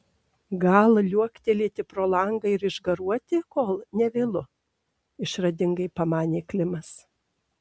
gal liuoktelėti pro langą ir išgaruoti kol ne vėlu išradingai pamanė klimas